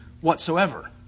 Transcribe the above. whatsoever